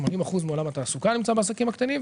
80% מעולם התעסוקה נמצא בעסקים הקטנים,